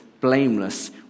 blameless